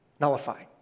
nullify